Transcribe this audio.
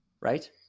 right